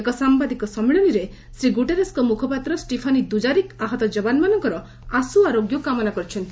ଏକ ସାମ୍ଭାଦିକ ସମ୍ମିଳନୀରେ ଶ୍ରୀ ଗୁଟେରସ୍ଙ୍କ ମୁଖପାତ୍ର ଷ୍ଟିଫାନି ଦୁଜାରିକ୍ ଆହତ ଯବାନମାନଙ୍କର ଆଶୁ ଆରୋଗ୍ୟ କାମନା କରିଛନ୍ତି